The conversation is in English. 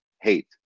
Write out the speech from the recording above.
hate